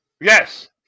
Yes